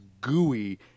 gooey